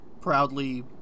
proudly